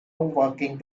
working